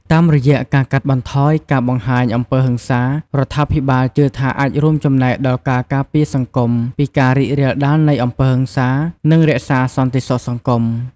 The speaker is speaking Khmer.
តាមរយៈការកាត់បន្ថយការបង្ហាញអំពើហិង្សា រដ្ឋាភិបាលជឿថាអាចរួមចំណែកដល់ការការពារសង្គមពីការរីករាលដាលនៃអំពើហិង្សា និងរក្សាសន្តិសុខសង្គម។